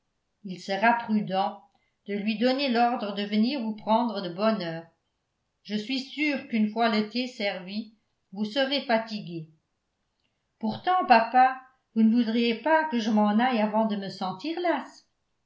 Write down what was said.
il sera prudent de lui donner l'ordre de venir vous prendre de bonne heure je suis sûr qu'une fois le thé servi vous serez fatiguée pourtant papa vous ne voudriez pas que je m'en aille avant de me sentir